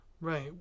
Right